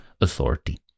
authority